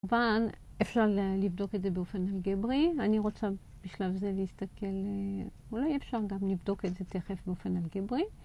כמובן אפשר לבדוק את זה באופן אלגברי, אני רוצה בשלב זה להסתכל, אולי אפשר גם לבדוק את זה תכף באופן אלגברי.